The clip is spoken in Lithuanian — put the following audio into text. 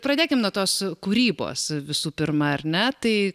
pradėkim nuo tos kūrybos visų pirma ar ne tai